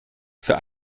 für